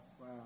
wow